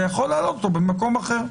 אתה יכול להעלות אותו במקום אחר.